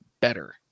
better